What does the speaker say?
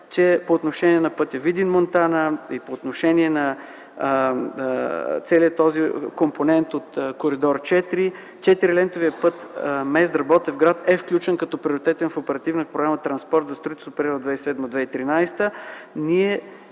по отношение на пътя Видин-Монтана, по отношение на целия компонент от Коридор 4, четирилентовият път Мездра-Ботевград е включен като приоритетен в Оперативна програма „Транспорт” за строителство в периода 2007-2013